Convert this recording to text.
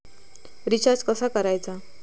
Recharge कसा करायचा?